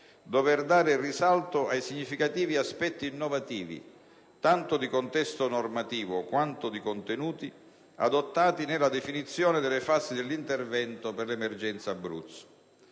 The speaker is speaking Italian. doveroso dare risalto ai significativi aspetti innovativi, tanto di contesto normativo quanto di contenuti, adottati nella definizione delle fasi dell'intervento per l'emergenza Abruzzo.